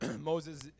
Moses